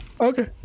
Okay